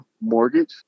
mortgage